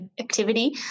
activity